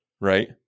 right